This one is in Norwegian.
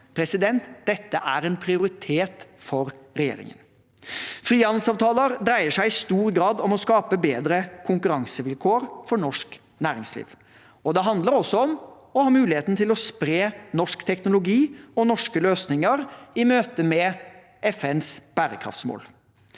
avtaler. Dette er en prioritet for regjeringen. Frihandelsavtaler dreier seg i stor grad om å skape bedre konkurransevilkår for norsk næringsliv. Det handler også om å ha muligheten til å spre norsk teknologi og norske løsninger i møte med FNs bærekraftsmål.